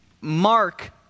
Mark—